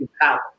power